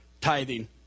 tithing